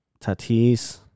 Tatis